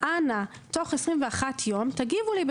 אנא תוך 21 יום תגיבו לי,